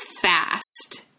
fast